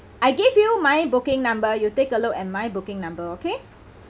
I give you my booking number you take a look at my booking number okay